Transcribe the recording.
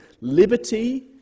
Liberty